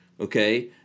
okay